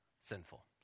sinful